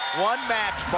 one match,